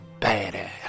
badass